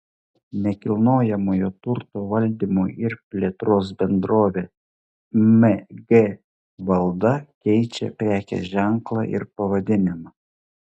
nekilnojamojo turto valdymo ir plėtros bendrovė mg valda keičia prekės ženklą ir pavadinimą